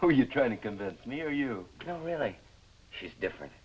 who are you trying to convince me or you know really she's different